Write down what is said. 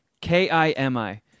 K-I-M-I